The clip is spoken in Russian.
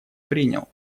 принял